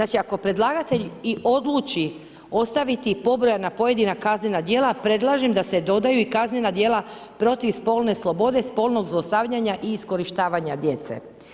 Ako predlagatelj i odluči ostaviti pobrojena pojedina kaznena djela, predlažem da se dodaju i kaznena dijela, protiv spolne slobode, spolnog zlostavljanja i iskorištavanja djece.